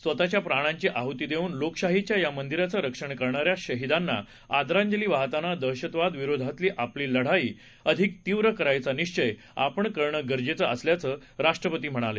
स्वतच्या प्राणांची आहती देऊन लोकशाहीच्या मंदिराचं रक्षण करणाऱ्या शहीदांना आदरांजली वाहताना दहशतवादाविरोधातली आपली लढाई अधिक तीव्र करायचा निश्चय करणं गरजेचं असल्याचं राष्ट्रपती म्हणाले